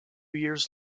years